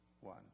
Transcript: one